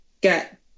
get